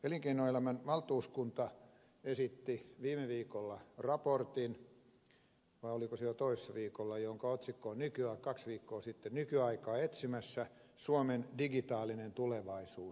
elinkeinoelämän valtuuskunta esitti viime viikolla raportin vai oliko se jo toissa viikolla kaksi viikkoa sitten jonka otsikko on nykyaikaa etsimässä suomen digitaalinen tulevaisuus